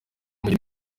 muke